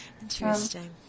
Interesting